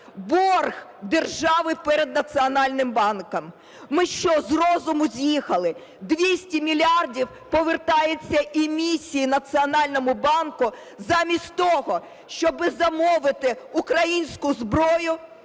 борг держави перед Національним банком. Ми що, з розуму з'їхали? 200 мільярдів повертається емісії Національному банку, замість того щоб замовити українську зброю,